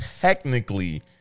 Technically